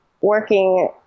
working